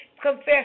confess